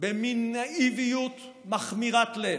במין נאיביות מכמירת לב,